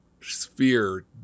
sphere